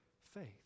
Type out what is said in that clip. faith